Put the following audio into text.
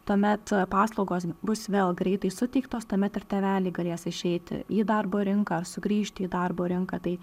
tuomet paslaugos bus vėl greitai suteiktos tuomet ir tėveliai galės išeiti į darbo rinką sugrįžti į darbo rinką tai